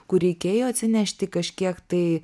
kur reikėjo atsinešti kažkiek tai